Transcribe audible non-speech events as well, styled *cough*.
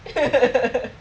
*laughs*